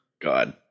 God